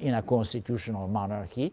in a constitutional monarchy,